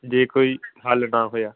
ਜੇ ਕੋਈ ਹੱਲ ਨਾ ਹੋਇਆ